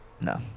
No